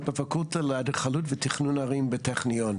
בפקולטה לאדריכלות ותכנון ערים בטכניון.